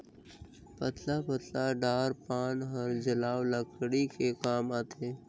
पतला पतला डार पान हर जलऊ लकरी के काम आथे